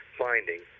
finding